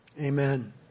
Amen